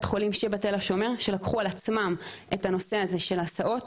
חולים תל השומר שלקחו על עצמם את הנושא הזה של הסעות